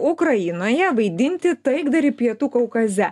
ukrainoje vaidinti taikdarį pietų kaukaze